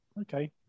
Okay